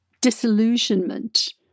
disillusionment